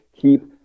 keep